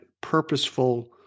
purposeful